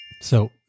So-